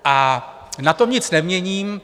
A na tom nic neměním.